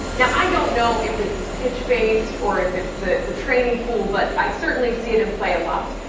now, i don't know if this is pitch-based, or if it's the the training pool but i certainly see it in play a lot.